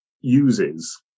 uses